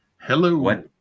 Hello